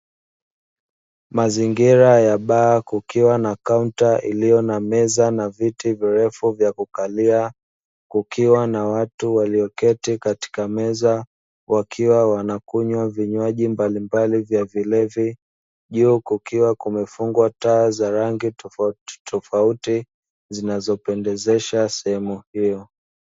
Mazingira ya baa kukiwa nana kaunta iliyo na meza na viti virefu vyakukalia kukiwa na watu walioketi katika meza wakiwa wanakunywa vinywaji mbalimbali vya vilevi, juu kukiwa kumefungwa rangi tofauti tofauti zinazopendezesha sehemu hiyo